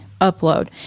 upload